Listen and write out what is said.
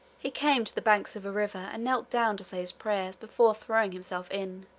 he came to the banks of a river, and knelt down to say his prayers before throwing himself in.